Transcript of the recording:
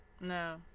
No